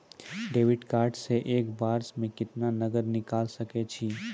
Debit card से एक बार मे केतना नगद निकाल सके छी?